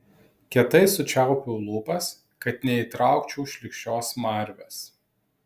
kietai sučiaupiau lūpas kad neįtraukčiau šlykščios smarvės